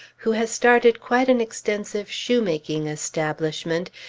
who has started quite an extensive shoe-making establishment,